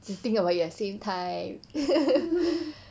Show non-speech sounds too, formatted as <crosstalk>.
think of it at the same time <laughs>